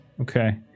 Okay